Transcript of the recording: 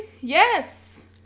yes